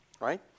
Right